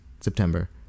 September